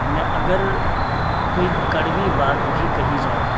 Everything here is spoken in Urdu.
میں اگر کوئی کڑوی بات بھی کہی جائے